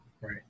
Right